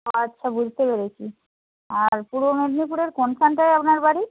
আচ্ছা বুঝতে পেরেছি আর পূর্ব মেদিনীপুরের কোনখানটায় আপনার বাড়ি